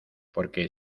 porque